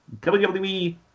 WWE